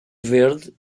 verde